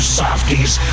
softies